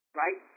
right